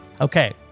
Okay